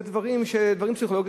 אלה דברים פסיכולוגיים,